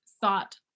thought